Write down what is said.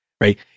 right